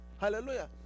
Hallelujah